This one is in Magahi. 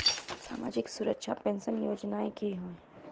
सामाजिक सुरक्षा पेंशन योजनाएँ की होय?